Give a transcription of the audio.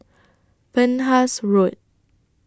Penhas Road